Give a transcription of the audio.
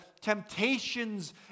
temptations